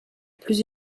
plus